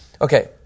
okay